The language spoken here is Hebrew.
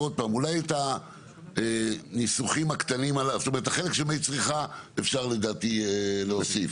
את החלק של מי צריכה אפשר לדעתי להוסיף,